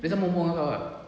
dia sama umur dengan kau ah